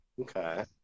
Okay